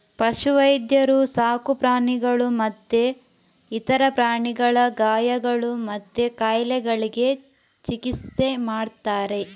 ಪಶು ವೈದ್ಯರು ಸಾಕು ಪ್ರಾಣಿಗಳು ಮತ್ತೆ ಇತರ ಪ್ರಾಣಿಗಳ ಗಾಯಗಳು ಮತ್ತೆ ಕಾಯಿಲೆಗಳಿಗೆ ಚಿಕಿತ್ಸೆ ಮಾಡ್ತಾರೆ